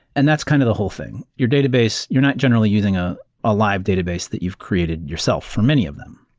and that's kind of the whole thing. your database you're not generally using a ah live database that you've created yourself for many of them.